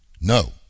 No